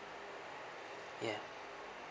yeah